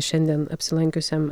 šiandien apsilankiusiam